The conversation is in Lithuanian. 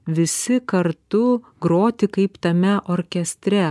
visi kartu groti kaip tame orkestre